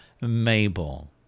Mabel